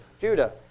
Judah